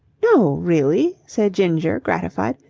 no, really? said ginger, gratified.